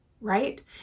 right